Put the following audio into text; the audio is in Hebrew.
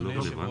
אדוני היו"ר,